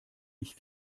ich